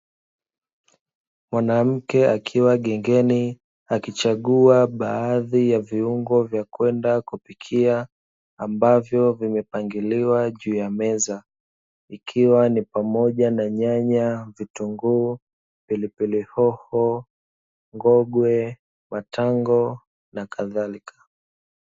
Mwanamke akiwa gengeni akichagua baadhi ya viungo vya kwenda kupikia, ambavyo vimepangiliwa juu ya meza. Ikiwa ni pamoja na nyanya, vitunguu, pilipili hoho, ngogwe, matango na kadhalika.